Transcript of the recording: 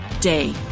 day